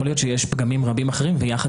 יכול להיות שיש פגמים רבים אחרים ויחד